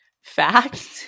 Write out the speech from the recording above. fact